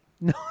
No